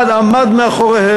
אבל הוא עמד מאחוריהם.